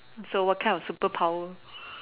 so what kind of superpower